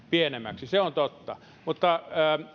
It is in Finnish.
pienemmäksi se on totta mutta